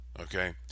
okay